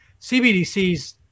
cbdc's